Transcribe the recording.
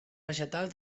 vegetal